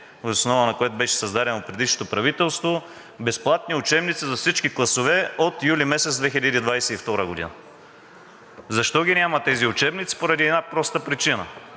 въз основа на което беше създадено предишното правителство: „Безплатни учебници за всички класове от юли месец 2022 г.“ Защо ги няма тези учебници? Поради една проста причина